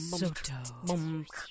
soto